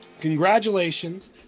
Congratulations